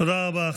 תודה רבה.